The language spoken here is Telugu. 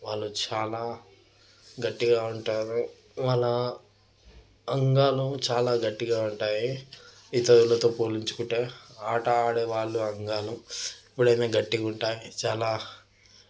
వాళ్ళు చాలా గట్టిగా ఉంటారు వాళ్ళ అంగాలు చాలా గట్టిగా ఉంటాయి ఇతరులతో పోల్చుకుంటే ఆట ఆడే వాళ్ళు అంగాలు ఎప్పుడైనా గట్టిగుంటాయి చాలా